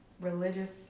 religious